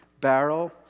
barrel